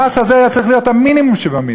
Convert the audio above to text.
המס הזה היה צריך להיות המינימום שבמינימום.